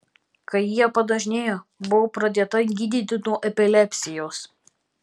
kai jie padažnėjo buvau pradėta gydyti nuo epilepsijos